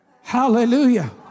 Hallelujah